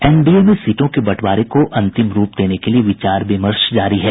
NDA में सीटों के बंटवारे को अंतिम रूप देने के लिए विचार विमर्श जारी है